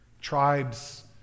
Tribes